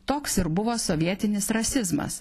toks ir buvo sovietinis rasizmas